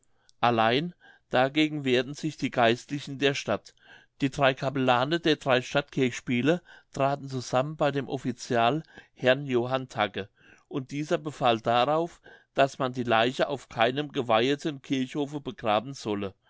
allein dagegen wehrten sich die geistlichen der stadt die drei capellane der drei stadtkirchspiele traten zusammen bei dem offizial herrn johann tagge und dieser befahl darauf daß man die leiche auf keinem geweiheten kirchhofe begraben solle